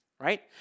Right